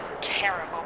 terrible